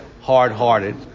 hard-hearted